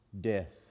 death